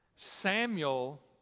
Samuel